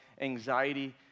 anxiety